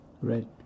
Right